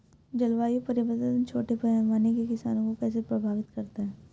जलवायु परिवर्तन छोटे पैमाने के किसानों को कैसे प्रभावित करता है?